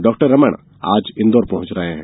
doctor Raman आज इंदौर पहुँच रहे हैं